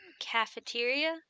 cafeteria